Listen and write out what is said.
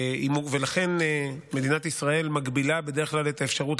ולכן מדינת ישראל מגבילה בדרך כלל את האפשרות